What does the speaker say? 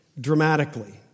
dramatically